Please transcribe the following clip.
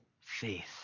faith